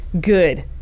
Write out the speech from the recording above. good